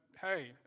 hey